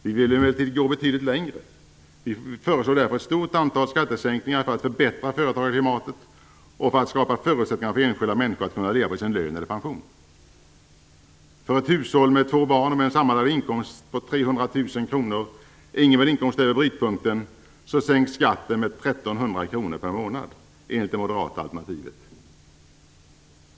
Vi vill emellertid gå betydligt längre. Vi föreslår därför ett stort antal skattesänkningar för att förbättra företagarklimatet och för att skapa förutsättningar för enskilda människor att kunna leva på sin lön eller pension. För ett hushåll med två barn, en sammanlagd inkomst på 300 000 kr och ingen inkomst över brytpunkten sänks skatten med 1 300 kr per månad enligt det moderata alternativet.